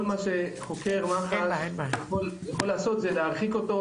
כל מה שחוקר מח"ש יכול לעשות זה להרחיק אותו